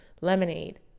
lemonade